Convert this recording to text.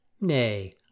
Nay